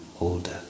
older